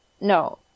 no